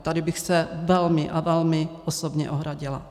Tady bych se velmi a velmi osobně ohradila.